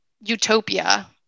utopia